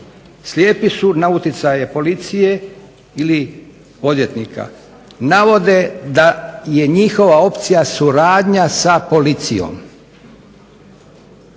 slijepi su na utjecaje policije ili odvjetnika, navode da je njihova opcija suradnja sa policijom.